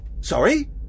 Sorry